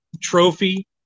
trophy